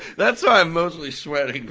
that's why i'm mostly sweating,